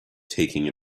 taking